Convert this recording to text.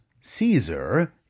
caesar